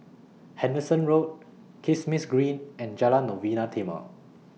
Henderson Road Kismis Green and Jalan Novena Timor